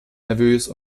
nervös